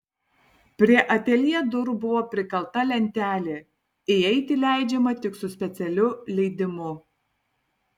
prie ateljė durų buvo prikalta lentelė įeiti leidžiama tik su specialiu leidimu